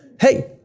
hey